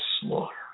slaughter